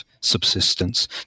subsistence